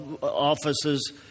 offices